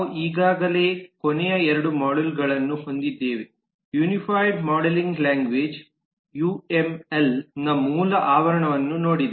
ನಾವು ಈಗಾಗಲೇ ಕೊನೆಯ 2 ಮಾಡ್ಯೂಲ್ಗಳನ್ನು ಹೊಂದಿದ್ದೇವೆಯೂನಿಫೈಡ್ ಮಾಡೆಲಿಂಗ್ ಲ್ಯಾಂಗ್ವೇಜ್ ಯುಎಂಎಲ್ ನ ಮೂಲ ಆವರಣವನ್ನು ನೋಡಿದೆ